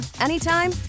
anytime